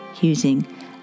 using